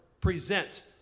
present